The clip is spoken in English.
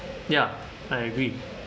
ya I agree